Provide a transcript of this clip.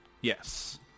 Yes